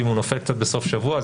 ואם זה נופל בסוף שבוע,